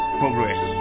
progress